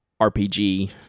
RPG